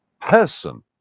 person